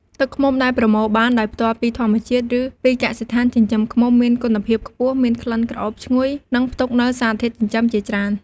ទឹកឃ្មុំដែលប្រមូលបានដោយផ្ទាល់ពីធម្មជាតិ ឬពីកសិដ្ឋានចិញ្ចឹមឃ្មុំមានគុណភាពខ្ពស់ មានក្លិនក្រអូបឈ្ងុយ និងផ្ទុកនូវសារធាតុចិញ្ចឹមជាច្រើន។